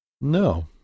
No